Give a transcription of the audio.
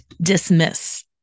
dismiss